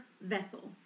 vessel